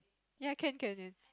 ya can can can